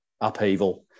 upheaval